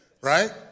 Right